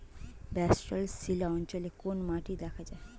Basalt শিলা অঞ্চলে কোন মাটি দেখা যায়?